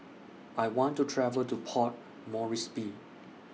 I want to travel to Port Moresby